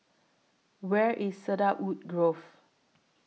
Where IS Cedarwood Grove